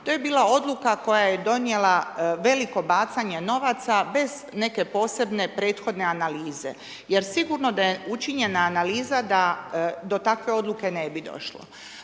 To je bila odluka, koja je donijela veliko bacanje novaca, bez neke posebne prethodne analize. Jer sigurno da je učinjena analiza, da do takve odluke ne bi došlo.